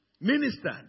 ministered